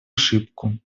ошибку